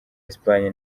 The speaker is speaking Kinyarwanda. espagne